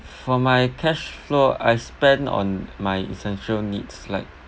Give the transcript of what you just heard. for my cash flow I spend on my essential needs like